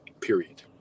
period